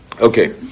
Okay